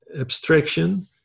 abstraction